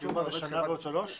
זה שנה ועוד 3?